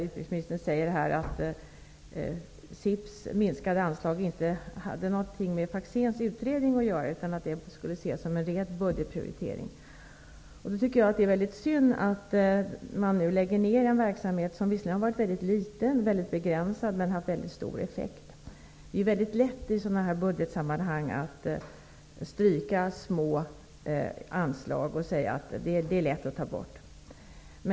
Utrikesministern säger att det minskade anslaget till SIP inte hade något med Faxéns utredning att göra, utan att det skulle ses som en ren budgetprioritering. Jag tycker att det är synd att man lägger ner en verkamhet, som visserligen har varit liten och begränsad, men som har haft en mycket stor effekt. Det är i budgetsammanhang lätt att stryka små anslag och att säga att det är lätt att ta bort dem.